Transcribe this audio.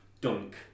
Dunk